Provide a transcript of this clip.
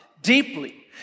deeply